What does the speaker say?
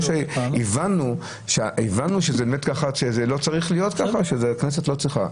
הבנו שזה לא צריך להיות ככה, שהכנסת לא צריכה.